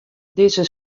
dizze